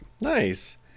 Nice